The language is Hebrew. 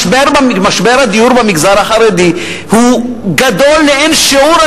משבר הדיור במגזר החרדי הוא גדול לאין שיעור,